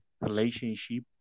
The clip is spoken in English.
relationship